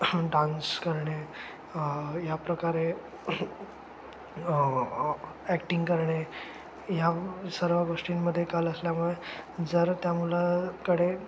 dance करणे ह्याप्रकारे acting करणे ह्या सर्व गोष्टींमध्ये कल असल्यामुळे जर त्या मुलाकडे